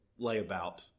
layabout